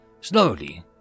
Slowly